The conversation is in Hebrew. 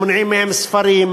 מונעים מהם ספרים,